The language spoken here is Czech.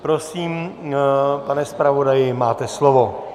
Prosím, pane zpravodaji, máte slovo.